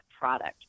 product